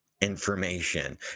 information